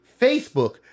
Facebook